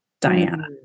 Diana